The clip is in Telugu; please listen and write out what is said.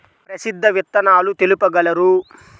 ప్రసిద్ధ విత్తనాలు తెలుపగలరు?